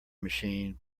machine